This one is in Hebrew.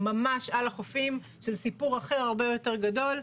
ממש על החופים שזה סיפור אחר והרבה יותר גדול.